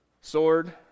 sword